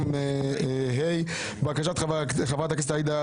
עוברים לבקשת מיזוג